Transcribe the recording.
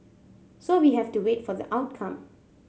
so we have to wait for the outcome